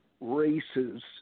races